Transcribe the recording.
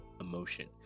emotion